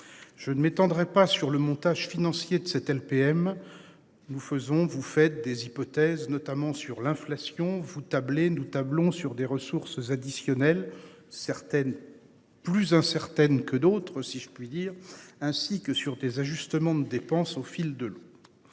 Je ne m'étendrai pas sur le montage financier de cette LPM. Nous faisons, vous faites des hypothèses notamment sur l'inflation. Vous tablez. Nous tablons sur des ressources additionnelles certaines plus incertaine que d'autres si je puis dire ainsi que sur des ajustements de dépenses au fil de l'eau.